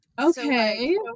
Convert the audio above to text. Okay